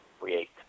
create